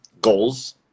goals